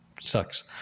sucks